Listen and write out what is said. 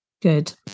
Good